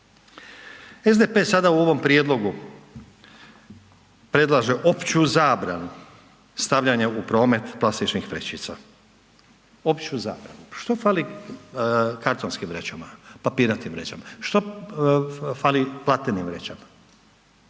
SDP sada u ovom prijedlogu predlaže opću zabranu stavljanja u promet plastičnih vrećica, opću zabranu, što fali kartonskim vrećama, papirnatim vrećama, što fali platnenim vrećama?